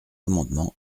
amendement